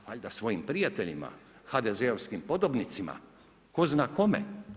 A valjda svojim prijateljima HDZ-ovskim podobnicima, tko zna kome.